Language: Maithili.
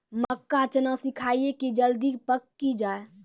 मक्का चना सिखाइए कि जल्दी पक की जय?